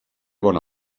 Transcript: bon